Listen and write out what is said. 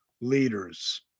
leaders